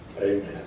Amen